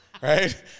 right